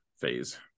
phase